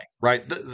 right